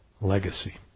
legacy